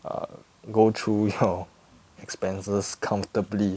err go through your expenses comfortably